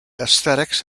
aesthetics